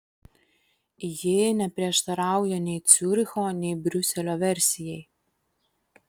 ji neprieštarauja nei ciuricho nei briuselio versijai